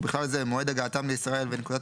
ובכלל זה מועד הגעתם לישראל ונקודת